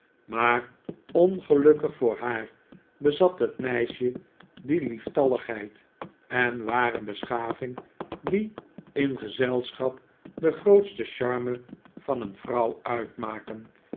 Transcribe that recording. maar ongelukkig voor haar bezat het meisje die lieftalligheid en ware beschaving die in gezelschap de grootste charme van een vrouw uitmaken